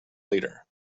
leader